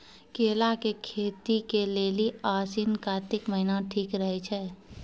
केला के खेती के लेली आसिन कातिक महीना ठीक रहै छै